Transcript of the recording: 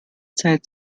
zeit